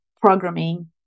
programming